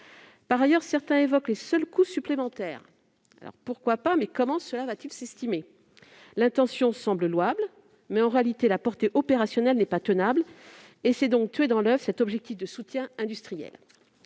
Par ailleurs, certains évoquent les seuls coûts supplémentaires. Pourquoi pas, mais comment les estimer ? Si l'intention est louable, en réalité, la portée opérationnelle n'est pas tenable et c'est donc tuer dans l'oeuf cet objectif de soutien industriel.